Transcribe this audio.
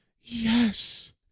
yes